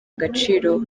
agaciro